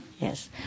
Yes